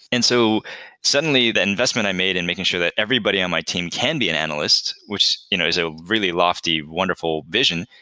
and so suddenly the investment i made in making sure that everybody on my team can be an analyst, which you know is ah really lofty wonderful vision.